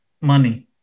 Money